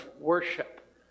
worship